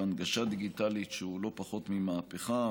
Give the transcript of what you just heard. הנגשה דיגיטלית שהוא לא פחות ממהפכה.